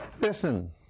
Listen